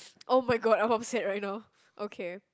[oh]-my-god I am upset right now